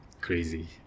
Crazy